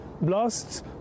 blasts